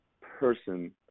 person